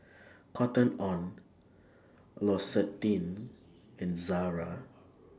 Cotton on L'Occitane and Zara